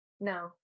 no